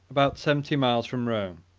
about seventy miles from rome.